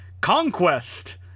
Conquest